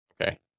Okay